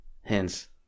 hence